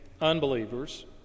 unbelievers